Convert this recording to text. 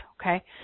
Okay